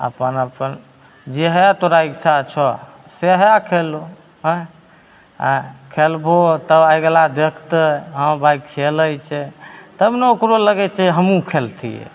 अपन अपन जएह तोरा इच्छा छऽ सएह खेलहो हेँ खेलबहो तब अगिला देखतै हँ भाइ खेलै छै तब ने ओकरो लागै छै हमहूँ खेलतिए